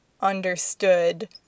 understood